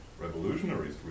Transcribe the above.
revolutionaries